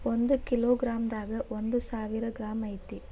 ಒಂದ kilogram ದಾಗ ಒಂದ ಸಾವಿರ ಗ್ರಾಂ ಐತಿ